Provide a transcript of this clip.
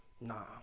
Nah